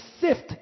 sift